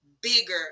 bigger